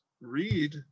read